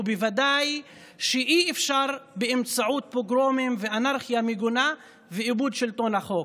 ובוודאי שאי-אפשר באמצעות פוגרומים ואנרכיה מגונה ואיבוד שלטון החוק.